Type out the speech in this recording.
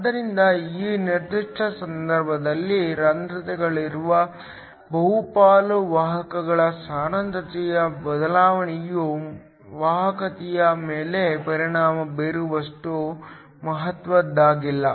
ಆದ್ದರಿಂದ ಈ ನಿರ್ದಿಷ್ಟ ಸಂದರ್ಭದಲ್ಲಿ ರಂಧ್ರಗಳಿರುವ ಬಹುಪಾಲು ವಾಹಕಗಳ ಸಾಂದ್ರತೆಯ ಬದಲಾವಣೆಯು ವಾಹಕತೆಯ ಮೇಲೆ ಪರಿಣಾಮ ಬೀರುವಷ್ಟು ಮಹತ್ವದ್ದಾಗಿಲ್ಲ